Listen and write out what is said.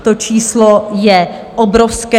To číslo je obrovské.